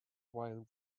while